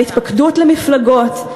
על התפקדות למפלגות?